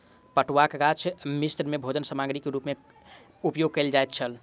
पटुआक गाछ मिस्र में भोजन सामग्री के रूप में उपयोग कयल जाइत छल